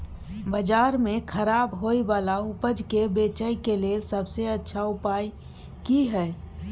बाजार में खराब होय वाला उपज के बेचय के लेल सबसे अच्छा उपाय की हय?